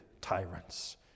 tyrants